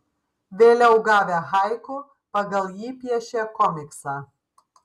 vėliau gavę haiku pagal jį piešė komiksą